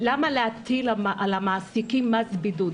למה להטיל על המעסיקים מס בידוד?